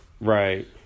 Right